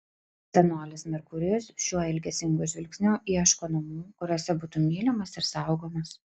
senolis merkurijus šiuo ilgesingu žvilgsniu ieško namų kuriuose būtų mylimas ir saugomas